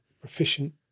proficient